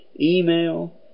email